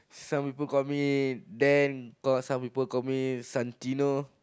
some people call me Dan call some people call me Santino